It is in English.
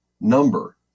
number